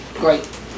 great